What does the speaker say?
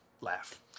laugh